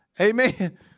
Amen